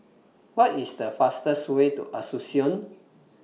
What IS The fastest Way to Asuncion